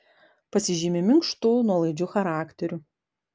pasižymi minkštu nuolaidžiu charakteriu